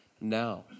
now